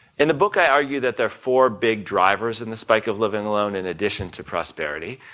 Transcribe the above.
in the book, i argue that they're four big drivers in the spike of living alone in addition to prosperity,